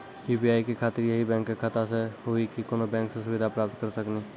UPI के खातिर यही बैंक के खाता से हुई की कोनो बैंक से सुविधा प्राप्त करऽ सकनी?